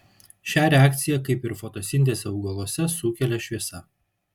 šią reakciją kaip ir fotosintezę augaluose sukelia šviesa